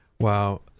Wow